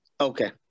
Okay